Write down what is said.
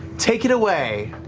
take it away.